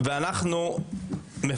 בשנים האחרונות היה פרמיה לישראל.